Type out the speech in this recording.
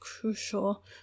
crucial